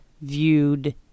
viewed